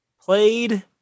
Played